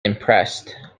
impressed